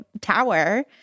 tower